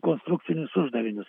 konstrukcinius uždavinius